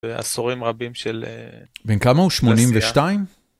ועשורים רבים של נסיעה. בין כמה הוא? 82?